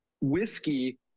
whiskey